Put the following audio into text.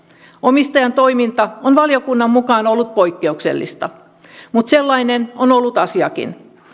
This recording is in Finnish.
omistajan toiminta on valiokunnan mukaan ollut poikkeuksellista mutta sellainen on ollut asiakin